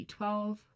B12